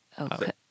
Okay